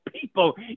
people